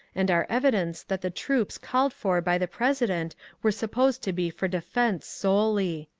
and are evidence that the troops called for by the president were supposed to be for defence solely.